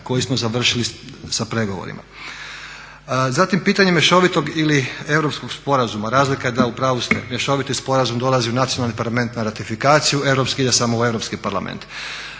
koji smo završili sa pregovorima. Zatim pitanje mješovitog ili europskog sporazuma. Razlika je da u pravu ste, mješoviti sporazum dolazi u nacionalni parlament na ratifikaciju, europski ide samo u Europski parlament.